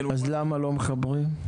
אז למה לא מחברים?